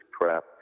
crap